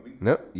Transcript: No